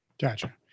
Gotcha